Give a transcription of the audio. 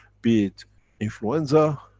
be it influenza,